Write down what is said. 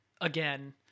again